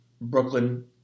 Brooklyn